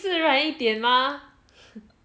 自然一点 mah